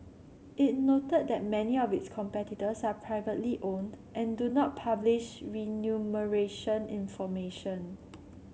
it noted that many of its competitors are privately owned and do not publish information